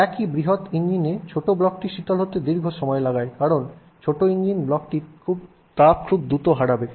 একই বৃহত ইঞ্জিনে ছোট ব্লকটি শীতল হতে দীর্ঘ সময় লাগায় কারণ ছোট ইঞ্জিন ব্লকটি তাপ খুব দ্রুত হারাবে